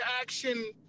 action